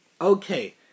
Okay